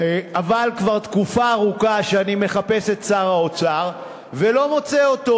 אבל כבר תקופה ארוכה שאני מחפש את שר האוצר ולא מוצא אותו.